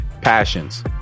passions